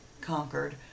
conquered